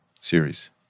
series